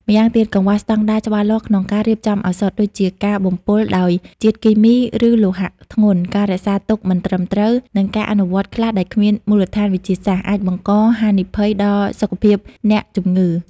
ម្យ៉ាងទៀត កង្វះស្តង់ដារច្បាស់លាស់ក្នុងការរៀបចំឱសថ ដូចជាការបំពុលដោយជាតិគីមី ឬលោហៈធ្ងន់ ការរក្សាទុកមិនត្រឹមត្រូវ និងការអនុវត្តខ្លះដែលគ្មានមូលដ្ឋានវិទ្យាសាស្ត្រ អាចបង្កហានិភ័យដល់សុខភាពអ្នកជំងឺ។